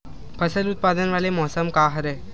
फसल उत्पादन वाले मौसम का हरे?